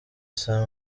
saa